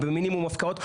במינימום הפקעות.